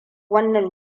wannan